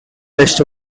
west